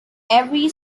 every